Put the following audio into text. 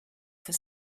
for